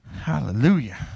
Hallelujah